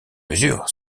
mesure